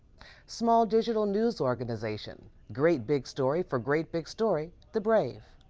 small digital news organization great big story for great big story the brave,